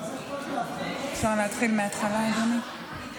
אפשר להתחיל מההתחלה, אדוני?